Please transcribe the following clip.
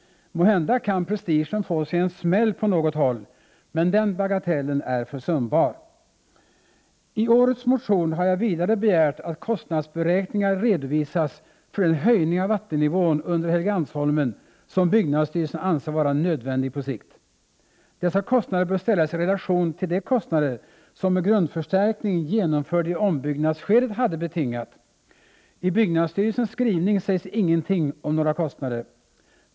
Måhända kan prestigen få sig en smäll på något håll, men den bagatellen är försumbar. I årets motion har jag vidare begärt att kostnadsberäkningar redovisas för den höjning av vattennivån under Helgeandsholmen som byggnadsstyrelsen anser vara nödvändig på sikt. Dessa kostnader bör ställas i relation till de kostnader som en grundförstärkning genomförd i ombyggnadsskedet hade betingat. I byggnadsstyrelsens skrivning sägs ingenting om några kostnader.